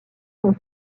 sont